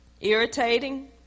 irritating